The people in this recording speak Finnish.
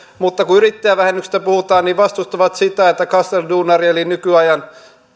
mutta kun yrittäjävähennyksestä puhutaan niin vastustavat sitä että kasslerduunari eli nykyajan